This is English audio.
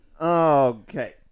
Okay